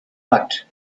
but